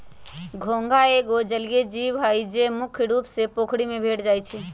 घोंघा एगो जलिये जीव हइ, जे मुख्य रुप से पोखरि में भेंट जाइ छै